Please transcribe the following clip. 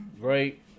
Great